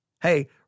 Hey